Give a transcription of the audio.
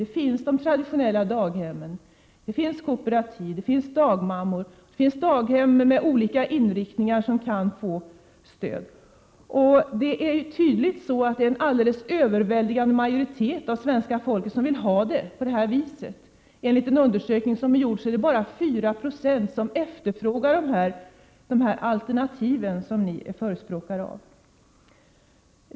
Det finns traditionella daghem, kooperativ, dagmammor och daghem med olika inriktningar som kan få stöd. Det är tydligt att en överväldigande majoritet av svenska folket vill ha det på detta vis. Enligt en undersökning som har gjorts är det bara 4 20 som efterfrågar de alternativ som ni förespråkar.